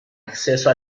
acceso